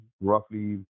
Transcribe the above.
Roughly